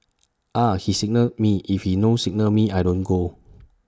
Ah He signal me if he no signal me I don't go